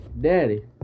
Daddy